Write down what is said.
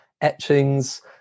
etchings